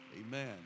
Amen